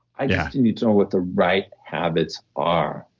i just need to know what the right habits are,